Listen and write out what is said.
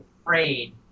afraid